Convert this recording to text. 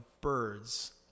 birds